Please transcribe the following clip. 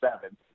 seven